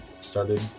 started